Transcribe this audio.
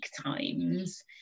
times